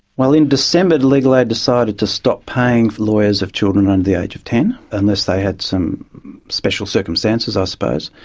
well, in december legal aid decided to stop paying for lawyers of children under the age of ten, unless they had some special circumstances i suppose.